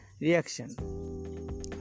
reaction